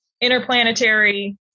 interplanetary